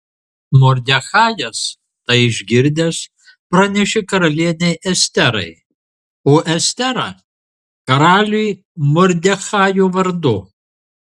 mordechajas tai išgirdęs pranešė karalienei esterai o estera karaliui mordechajo vardu